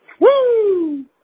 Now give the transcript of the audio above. Woo